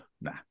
nah